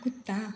कुत्ता